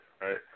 right